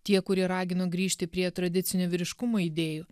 tie kurie ragino grįžti prie tradicinių vyriškumo idėjų